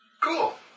cool